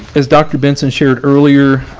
as dr. benson shared earlier,